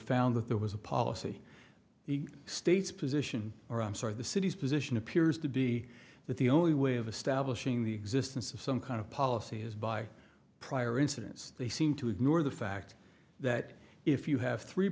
found that there was a policy the state's position or i'm sorry the city's position appears to be that the only way of establishing the existence of some kind of policy is by prior incidents they seem to ignore the fact that if you have three